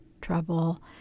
trouble